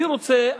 אני רוצה,